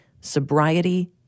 Sobriety